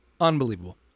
Unbelievable